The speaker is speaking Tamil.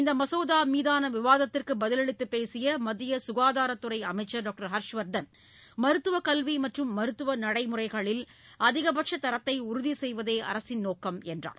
இந்த மசோதா மீதான விவாதத்திற்கு பதிலளித்து பேசிய மத்திய சுகாதாரத் துறை அமைச்ச் டாக்டர் ஹர்ஷ்வர்தன் மருத்துவ கல்வி மற்றும் மருத்துவ நடைமுறைகளில் அதிகபட்ச தரத்தை உறுதி செய்வதே அரசின் நோக்கம் என்றார்